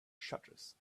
shutters